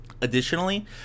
Additionally